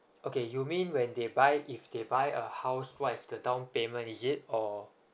okay you mean when they buy if they buy a house what is the down payment is it or